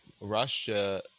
russia